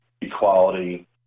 equality